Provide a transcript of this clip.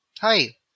Hi